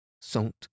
salt